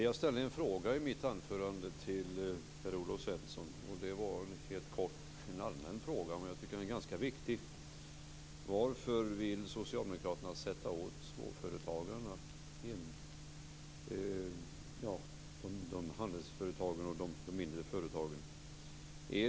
Fru talman! Jag ställde i mitt anförande en fråga till Per-Olof Svensson. Det var en allmän fråga, men jag tycker att den är ganska viktig. Varför vill socialdemokraterna sätta åt småföretagarna - handelsföretagen och de mindre företagen?